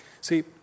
See